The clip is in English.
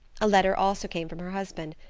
a letter also came from her husband,